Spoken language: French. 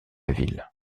ville